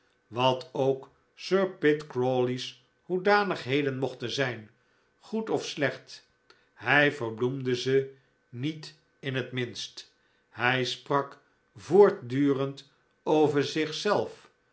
wat ook sir pitt crawley's hoedanigheden mochten zijn goed of slecht hij verbloemde ze niet in het minst hij sprak voortdurend over